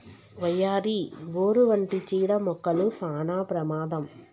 వయ్యారి, బోరు వంటి చీడ మొక్కలు సానా ప్రమాదం